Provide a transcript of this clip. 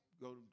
go